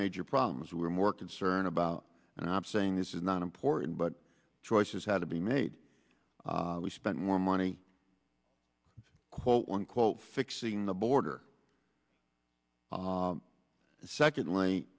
major problems we're more concerned about and i'm saying this is not important but choices had to be made we spent more money quote unquote fixing the border and secondly